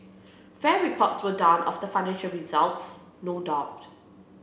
fair reports were done of the financial results no doubt